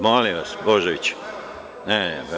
Molim vas Božoviću.